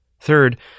Third